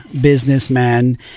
businessman